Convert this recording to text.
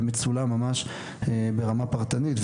צולם ממש ברמה פרטנית,